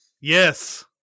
Yes